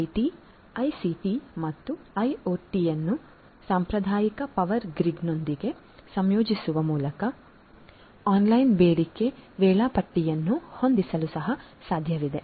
IT ICT ಮತ್ತು ಐಒಟಿಯನ್ನು ಸಾಂಪ್ರದಾಯಿಕ ಪವರ್ ಗ್ರಿಡ್ನೊಂದಿಗೆ ಸಂಯೋಜಿಸುವ ಮೂಲಕ ಆನ್ಲೈನ್ ಬೇಡಿಕೆ ವೇಳಾಪಟ್ಟಿಯನ್ನು ಹೊಂದಲು ಸಹ ಸಾಧ್ಯವಿದೆ